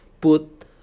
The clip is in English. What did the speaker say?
put